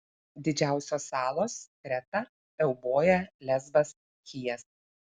didžiausios salos kreta euboja lesbas chijas